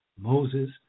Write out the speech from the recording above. Moses